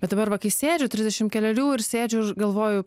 bet dabar va kai sėdžiu trisdešimt kelerių ir sėdžiu ir galvoju